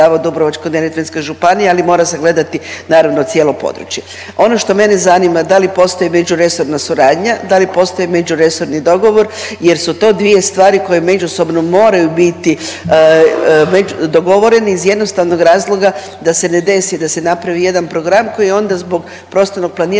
Dubrovačko-neretvanske županije, ali mora se gledati naravno cijelo područje. Ono što mene zanima, da li postoji međuresorna suradnja, da li postoji međuresorni dogovor jer su to dvije stvari koje međusobno moraju biti dogovoreni iz jednostavnog razloga da se ne desi da se napravi jedan program koji onda zbog prostornog planiranja